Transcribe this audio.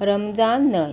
रमजान न्हंय